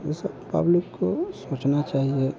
यह सब पब्लिक को सोचना चाहिए